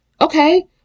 okay